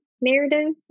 narrative